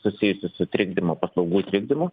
susijusius su trikdymo paslaugų trikdymu